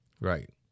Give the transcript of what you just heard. right